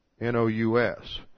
N-O-U-S